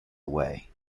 away